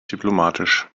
diplomatisch